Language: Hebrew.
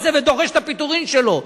ודורש את הפיטורים שלו.